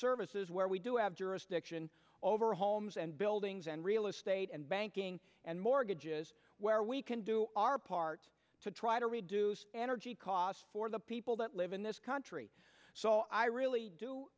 services where we do have jurisdiction over homes and buildings and real estate and banking and mortgages where we can do our part to try to reduce energy costs for the people that live in this country so i really do